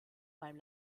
beim